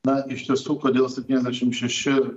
na iš tiesų kodėl septyniasdešim šeši